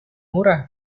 murah